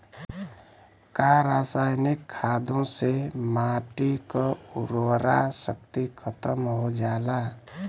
का रसायनिक खादों से माटी क उर्वरा शक्ति खतम हो जाला?